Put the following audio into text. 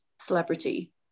celebrity